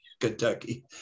Kentucky